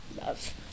love